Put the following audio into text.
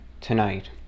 tonight